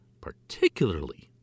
particularly